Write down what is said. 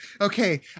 okay